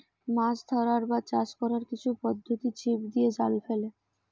মাছ ধরার বা চাষ কোরার কিছু পদ্ধোতি ছিপ দিয়ে, জাল ফেলে